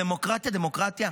דמוקרטיה, דמוקרטיה.